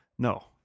No